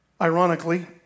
ironically